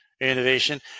innovation